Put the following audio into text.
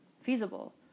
feasible